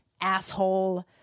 asshole